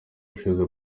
ushize